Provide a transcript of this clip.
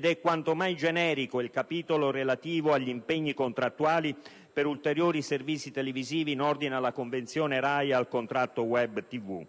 poi quanto mai generico il capitolo relativo agli impegni contrattuali per ulteriori servizi televisivi in ordine alla convenzione RAI e al contratto *web* TV.